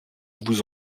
vous